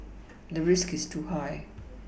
the risk is too high